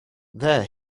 there